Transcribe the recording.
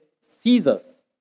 Caesar's